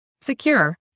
Secure